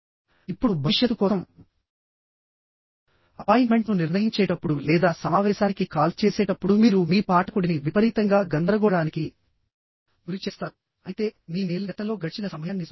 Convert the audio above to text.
ఇప్పుడు భవిష్యత్తు కోసం అపాయింట్మెంట్ను నిర్ణయించేటప్పుడు లేదా సమావేశానికి కాల్ చేసేటప్పుడు మీరు మీ పాఠకుడిని విపరీతంగా గందరగోళానికి గురిచేస్తారు అయితే మీ మెయిల్ గతంలో గడిచిన సమయాన్ని సూచిస్తుంది